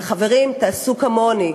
אבל, חברים, תעשו כמוני.